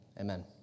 Amen